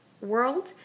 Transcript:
world